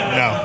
no